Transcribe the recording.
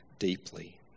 deeply